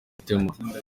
otema